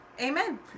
Amen